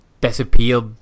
disappeared